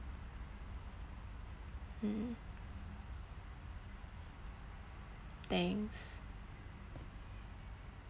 mm thanks